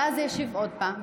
ואז הוא ישיב עוד פעם,